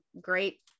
great